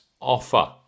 offer